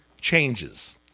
changes